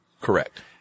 Correct